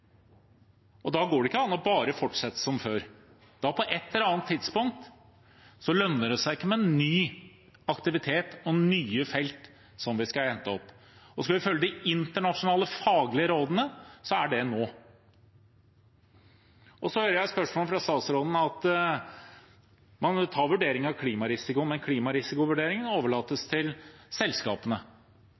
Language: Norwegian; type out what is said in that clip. Da går det ikke an bare å fortsette som før. På et eller annet tidspunkt lønner det seg ikke med ny aktivitet og nye felt vi skal hente opp. Skal vi følge de internasjonale faglige rådene, er det nå. Så hører jeg i svar fra statsråden at man tar vurdering av klimarisiko, men klimarisikovurderingen overlates til selskapene.